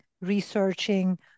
researching